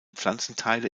pflanzenteile